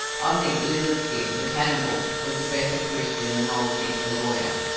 i think lizard skin, the cannibal, was a better christian than old nick the lawyer,